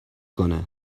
کنه